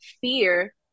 fear